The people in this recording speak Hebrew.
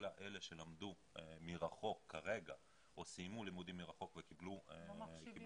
כל אלה שלמדו מרחוק כרגע או סיימו לימודים מרחוק וקיבלו תעודות,